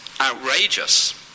outrageous